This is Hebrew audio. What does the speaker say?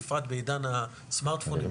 בפרט בעידן הסמארטפונים,